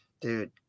Dude